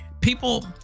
people